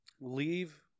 leave